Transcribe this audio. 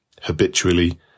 habitually